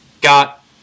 got